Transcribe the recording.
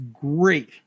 great